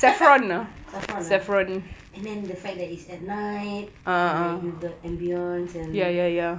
saffron ah and then the fact that it's at night like with the ambience and and the